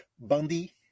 Bundy